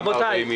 גם ה-40 מיליון,